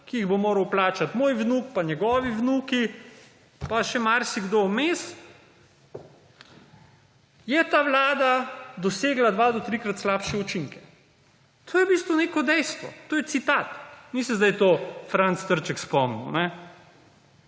ki jih bo moral plačati moj vnuk pa njegovi vnuki pa še marsikdo vmes je ta Vlada dosegla dva do trikrat slabše učinke. To je v bistvu neko dejstvo, to je citat, ni se sedaj to Franc Trček spomnil.